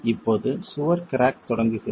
இப்போது சுவர் கிராக் தொடங்குகிறது